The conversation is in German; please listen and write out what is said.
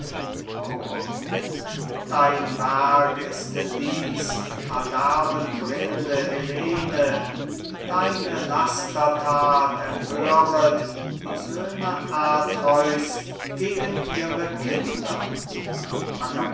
dein werk ist dies verderbenbringende helene deine lasterthat empöret die söhne atreus gegen ihre kinder